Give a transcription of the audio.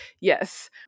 yes